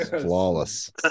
Flawless